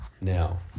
Now